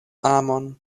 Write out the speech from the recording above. amon